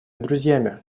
друзьями